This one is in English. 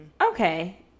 Okay